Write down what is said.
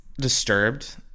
disturbed